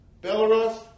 Belarus